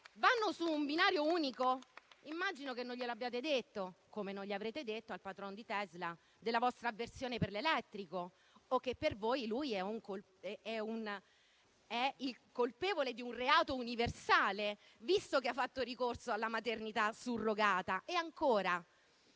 vanno su un binario unico? Immagino che non glielo abbiate detto. Così come non avrete detto al patron di Tesla anche della vostra avversione per l'elettrico o che per voi lui è il colpevole di un reato universale, visto che ha fatto ricorso alla maternità surrogata.